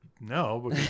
no